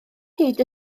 hyd